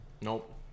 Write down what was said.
nope